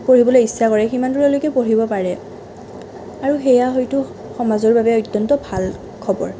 পঢ়িবলৈ ইচ্ছা কৰে সিমান দূৰলৈকে পঢ়িব পাৰে আৰু সেয়া হয়তো সমাজৰ বাবে অত্যন্ত ভাল খবৰ